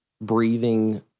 breathing